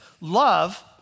love